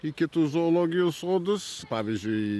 į kitus zoologijos sodus pavyzdžiui